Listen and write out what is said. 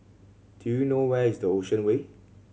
do you know where is the Ocean Way